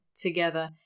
together